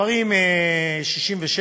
גברים 67,